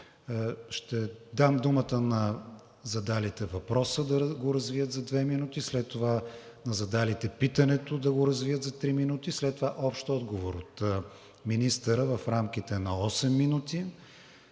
Ще дам думата на задалите въпроса да го развият за 2 минути, след това на задалите питането да го развият за 3 минути, след това общ отговор от министъра в рамките на 8 минути.